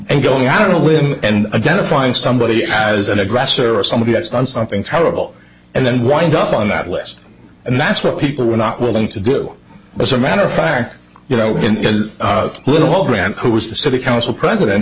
and going out on a limb and identifying somebody as an aggressor or somebody has done something terrible and then wind up on that list and that's what people were not willing to do as a matter of fact you know little grant who was the city council president